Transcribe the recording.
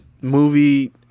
movie